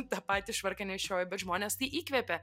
tą patį švarką nešioju bet žmones tai įkvepia